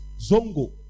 Zongo